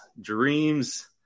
Dreams